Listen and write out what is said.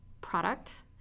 product